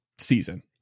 Season